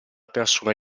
persone